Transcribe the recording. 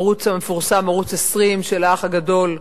הערוץ המפורסם, ערוץ-20 של "האח הגדול",